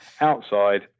outside